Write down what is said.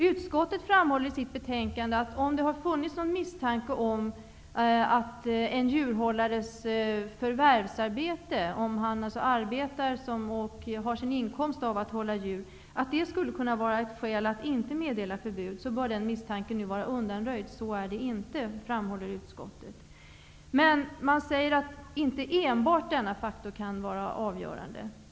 Utskottet framhåller i sitt betänkande, att om det har funnits någon misstanke om, att det i de fall där det är fråga om djurhållares förvärvsarbete, dvs. att han eller hon har sin inkomst av att hålla djur, att detta skulle kunna vara ett skäl att inte meddela förbud, bör den misstanken nu vara undanröjd. Så är det inte, framhåller utskottet. Inte enbart denna faktor kan vara avgörande.